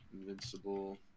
Invincible